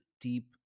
deep